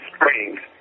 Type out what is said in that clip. Springs